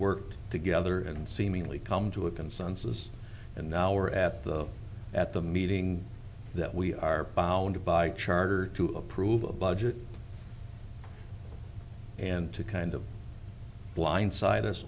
worked together and seemingly come to a consensus and now are at the at the meeting that we are bound by charter to approve a budget and to kind of blindside us